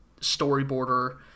storyboarder